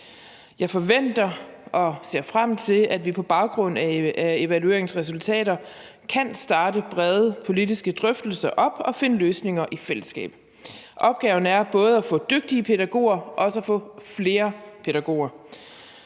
Jeg forventer og ser frem til, at vi på baggrund af evalueringens resultater kan starte brede politiske drøftelser op og finde løsninger i fællesskab. Opgaven er både at få dygtige pædagoger og også at få flere pædagoger.